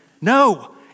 no